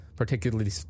Particularly